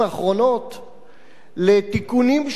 לתיקונים שונים בחוק האזרחות,